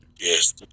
yes